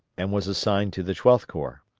and was assigned to the twelfth corps.